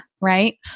Right